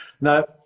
Now